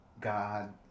God